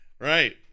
right